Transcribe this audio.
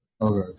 Okay